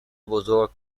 بزرگ